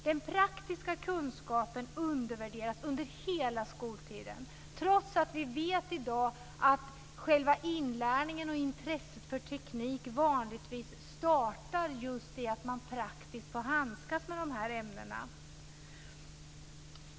Den praktiska kunskapen undervärderas under hela skoltiden, trots att vi i dag vet att själva inlärningen och intresset för teknik vanligtvis startar just med att man praktiskt får handskas med dessa ämnen.